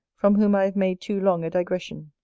from whom i have made too long a digression.